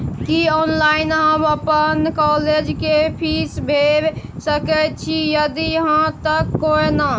की online हम अपन college के फीस भैर सके छि यदि हाँ त केना?